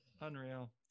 Unreal